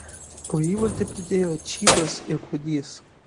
po įvartį pridėjo čybas ir kuodys